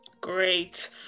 Great